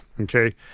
Okay